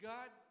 God